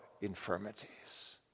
infirmities